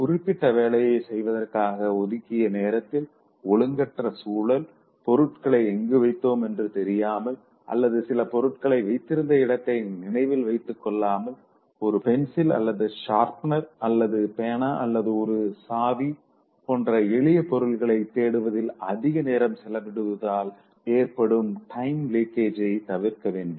குறிப்பிட்ட வேலையை செய்வதற்காக ஒதுக்கிய நேரத்தில் ஒழுங்கற்ற சூழல் பொருட்களை எங்கு வைத்தோம் என்று தெரியாமல் அல்லது சில பொருள்களை வைத்திருந்த இடத்தை நினைவில் வைத்துக் கொள்ளாமல் ஒரு பென்சில் அல்லது ஷார்ப்னர் அல்லது பேனா அல்லது ஒரு சாவி போன்ற எளிய பொருள்களை தேடுவதில் அதிக நேரம் செலவிடுவதால் ஏற்படும் டைம் லீக்கேஜை தவிர்க்க வேண்டும்